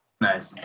Nice